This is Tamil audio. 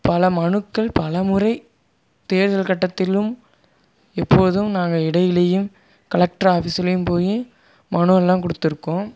பல மனுக்கள் பலமுறை தேர்தல் கட்டத்திலும் இப்பொழுதும் நாங்கள் இடையிலையும் கலக்ட்ரு ஆஃபீஸ்லையும் போய் மனு எல்லாம் கொடுத்துருக்கோம்